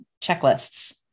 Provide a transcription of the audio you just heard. checklists